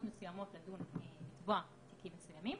מסוימות לדון ולתבוע בתיקים מסוימים.